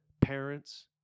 parents